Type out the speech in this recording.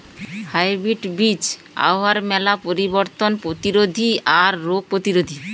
hybrid বীজ আবহাওয়ার মেলা পরিবর্তন প্রতিরোধী আর রোগ প্রতিরোধী